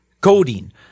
codeine